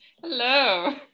hello